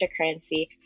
cryptocurrency